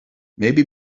maybe